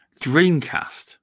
Dreamcast